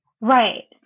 Right